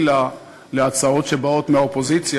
לה כלפי הצעות שבאות מהאופוזיציה,